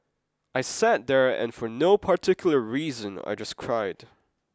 I sat there and for no particular reason I just cried